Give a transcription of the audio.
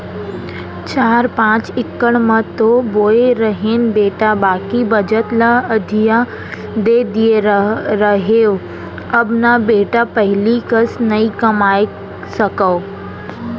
चार पॉंच इकड़ म तो बोए रहेन बेटा बाकी बचत ल अधिया दे दिए रहेंव अब न बेटा पहिली कस नइ कमाए सकव